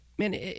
Man